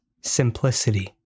simplicity